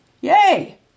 Yay